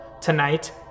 tonight